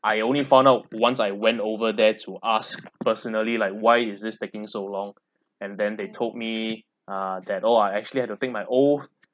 I only found out once I went over there to ask personally like why is this taking so long and then they told me ah that oh I I actually I had to take my oath